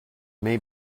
may